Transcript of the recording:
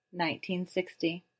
1960